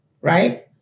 right